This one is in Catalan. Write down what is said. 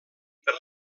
per